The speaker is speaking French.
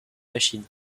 machine